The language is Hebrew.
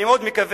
אני מאוד מקווה